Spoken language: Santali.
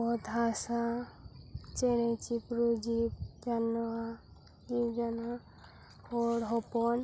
ᱚᱛ ᱦᱟᱥᱟ ᱪᱮᱬᱮᱼᱪᱤᱯᱨᱩ ᱡᱤᱵᱽᱼᱡᱟᱱᱣᱟᱨ ᱡᱤᱵᱽᱼᱡᱟᱱᱣᱟᱨ ᱦᱚᱲ ᱦᱚᱯᱚᱱ